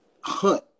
hunt